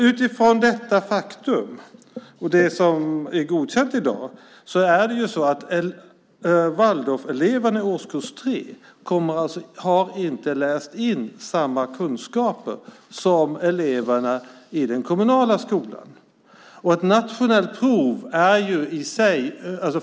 Utifrån detta faktum och det som är godkänt har en Waldorfelev i årskurs 3 inte läst in samma kunskaper som eleverna i den kommunala skolan.